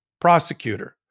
prosecutor